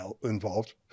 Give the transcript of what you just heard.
involved